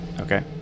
Okay